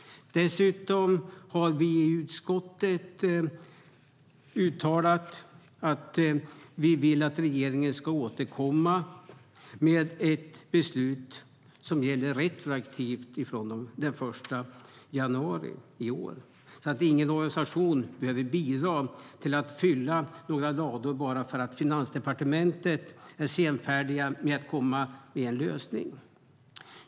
Dessutom har vi i utskottet uttalat att vi vill att regeringen ska återkomma med ett beslut som gäller retroaktivt från den 1 januari i år, så att ingen organisation behöver bidra till att fylla några lador bara för att Finansdepartementet är senfärdigt med att komma med en lösning.